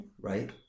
right